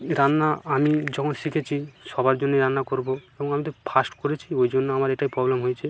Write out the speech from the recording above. রান্না আমি যখন শিখেছি সবার জন্যই রান্না করবো এবং আমি তো ফার্স্ট করেছি ওই জন্য আমার এটাই প্রবলেম হয়েছে